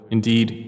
Indeed